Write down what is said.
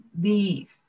leave